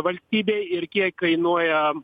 valstybei ir kiek kainuoja